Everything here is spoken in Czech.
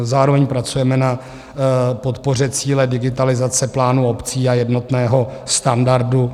Zároveň pracujeme na podpoře cíle digitalizace plánů obcí a jednotného standardu.